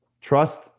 Trust